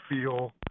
feel